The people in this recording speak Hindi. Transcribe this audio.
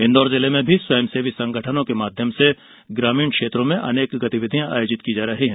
इंदौर जिले में भी स्वयं सेवी संगठनों के माध्यम से ग्रामीण क्षेत्रों में अनेक गतिविधियां आयोजित की जा रही है